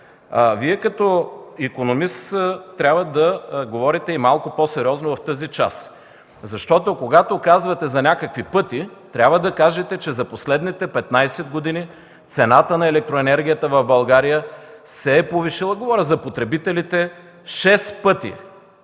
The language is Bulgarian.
Вие като икономист трябва да говорите и малко по-сериозно в тази част, защото, когато казвате за някакви „пъти”, трябва да кажете, че за последните 15 години цената на електроенергията в България се е повишила – говоря за потребителите – 6 пъти.